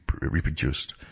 reproduced